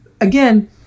Again